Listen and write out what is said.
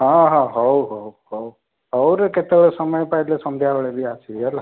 ହଁ ହଁ ହଉ ହଉ ହଉ ହଉରେ କେତେବେଳେ ସମୟ ପାଇଲେ ସନ୍ଧ୍ୟାବେଳେ ବି ଆସିବି ହେଲା